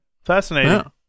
Fascinating